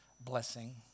blessing